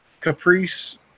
caprice